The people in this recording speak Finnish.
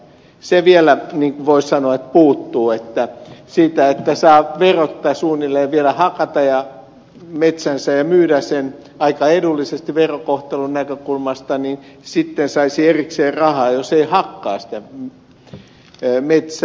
se vielä voisi sanoa puuttuu että saa suunnilleen verotta vielä hakata metsänsä ja myydä sen aika edullisesti verokohtelun näkökulmasta ja sitten saisi erikseen rahaa jos ei hakkaa sitä metsää